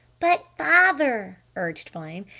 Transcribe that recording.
but father, urged flame.